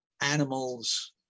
animals